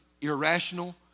irrational